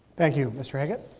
thank you. mister haggit.